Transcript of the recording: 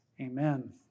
amen